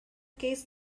case